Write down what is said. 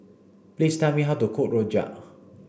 please tell me how to cook Rojak